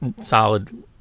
solid